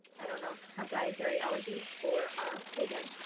i dunno, have dietary allergies or are pagan.